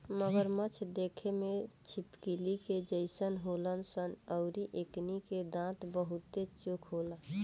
मगरमच्छ देखे में छिपकली के जइसन होलन सन अउरी एकनी के दांत बहुते चोख होला